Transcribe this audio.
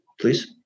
Please